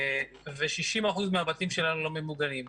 ו-60% מהבתים שלנו לא ממוגנים.